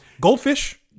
Goldfish